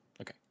okay